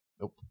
Nope